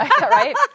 Right